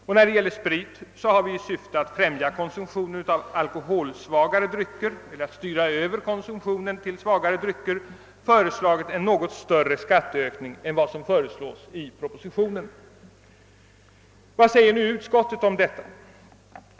Vad beträffar sprit har vi i syfte att främja konsumtionen av alkoholsvagare drycker föreslagit en något större skatteökning än den som förordas i propositionen. Vad säger då utskottet om detta?